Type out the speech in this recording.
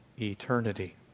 eternity